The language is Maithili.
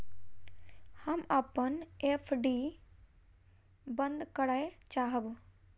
हम अपन एफ.डी बंद करय चाहब